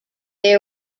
they